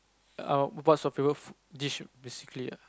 um what's your favorite dish basically ah